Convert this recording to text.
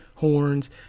Horns